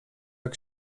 jak